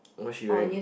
what she wearing